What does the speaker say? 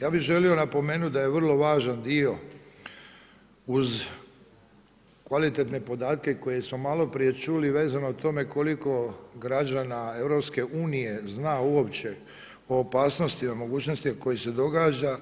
Ja bih želio napomenuti da je vrlo važan dio uz kvalitetne podatke koje smo malo prije čuli vezano o tome koliko građana EU zna uopće o opasnostima, mogućnostima koje se događaju.